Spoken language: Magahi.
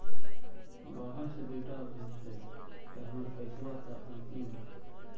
बाहर से बेटा भेजतय त हमर पैसाबा त अंतिम?